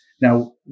Now